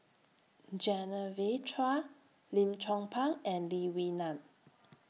Genevieve Chua Lim Chong Pang and Lee Wee Nam